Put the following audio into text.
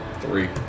three